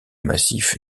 massif